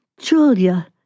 Julia